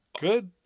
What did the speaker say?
Good